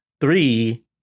Three